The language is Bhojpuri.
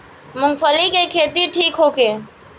मूँगफली के खेती ठीक होखे?